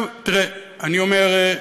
אני אומר: